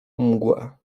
mgłę